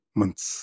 months